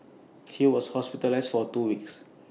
he was hospitalised for two weeks